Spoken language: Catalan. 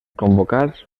convocats